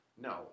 No